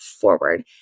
forward